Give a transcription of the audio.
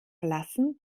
verlassen